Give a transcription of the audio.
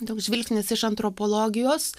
toks žvilgsnis iš antropologijos